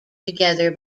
together